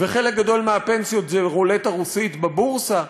וחלק גדול מהפנסיות זה רולטה רוסית בבורסה.